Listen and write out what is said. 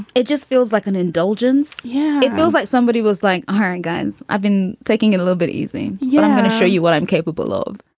it just feels like an indulgence. yeah it feels like somebody was like iron guns. i've been taking a little bit easy. yeah i'm going to show you what i'm capable of